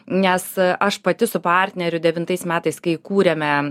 nes aš pati su partneriu devintais metais kai kūrėme